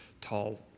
tall